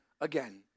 again